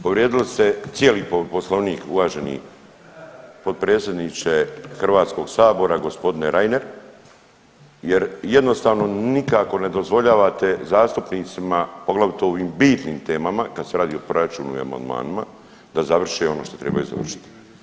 Povrijedili ste cijeli Poslovnik uvaženi potpredsjedniče Hrvatskog sabora gospodine Reiner, jer jednostavno nikako ne dozvoljavate zastupnicima poglavito u ovim bitnim temama kad se radi o proračunu i amandmanima da završe ono što trebaju završiti.